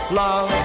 love